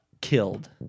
killed